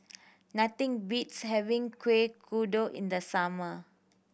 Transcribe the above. nothing beats having Kueh Kodok in the summer